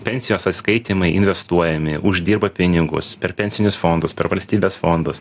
pensijos atsiskaitymai investuojami uždirba pinigus per pensinius fondus per valstybės fondus